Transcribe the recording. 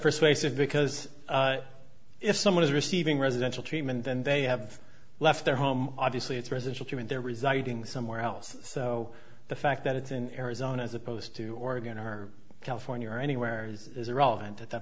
persuasive because if someone is receiving residential treatment and they have left their home obviously it's residential care and they're residing somewhere else so the fact that it's in arizona as opposed to oregon or california or anywhere is irrelevant at that